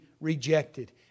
rejected